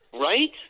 right